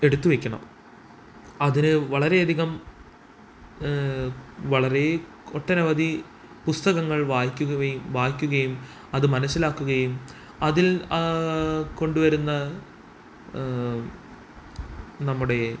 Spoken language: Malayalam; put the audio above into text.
എടുത്തു വെയ്ക്കണം അതിനു വളരെയധികം വളരെ ഒട്ടനവധി പുസ്തകങ്ങൾ വായിക്കുക യും വായിക്കുകയും അതു മനസ്സിലാക്കുകയും അതിൽ കൊണ്ടുവരുന്ന നമ്മുടെ